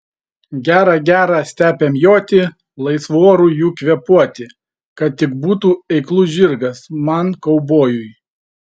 gera gera stepėm joti laisvu oru jų kvėpuoti kad tik būtų eiklus žirgas man kaubojui